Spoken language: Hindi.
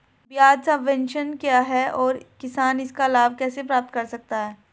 ब्याज सबवेंशन क्या है और किसान इसका लाभ कैसे प्राप्त कर सकता है?